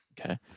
Okay